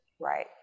Right